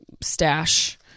stash